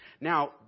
Now